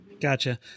Gotcha